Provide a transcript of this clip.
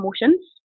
emotions